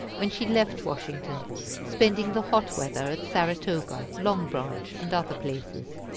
when she left washington spending the hot weather at saratoga, long branch, and other places.